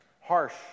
harsh